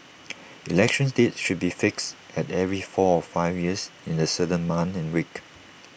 election dates should be fixed at every four or five years in A certain month and week